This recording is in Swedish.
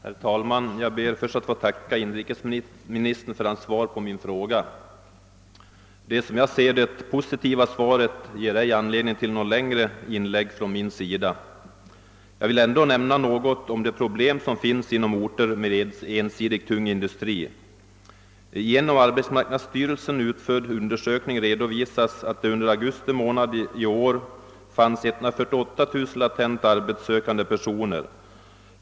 Herr talman! Jag ber att få tacka inrikesministern för svaret på min interpellation. Det som jag finner positiva svaret ger mig inte anledning till något längre inlägg, men jag vill ändå nämna något om de problem som finns i orter med ensidigt tung industri. En genom arbetsmarknadsstyrelsens försorg utförd undersökning redovisar att det under augusti månad i år fanns 148 000 latenta arbetssökande personer.